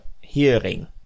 hearing